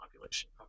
population